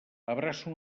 abraça